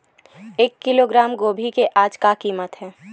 एक किलोग्राम गोभी के आज का कीमत हे?